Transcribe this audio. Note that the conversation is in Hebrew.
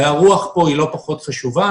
הרוח פה היא לא פחות חשובה.